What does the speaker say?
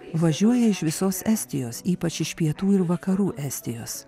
važiuoja iš visos estijos ypač iš pietų ir vakarų estijos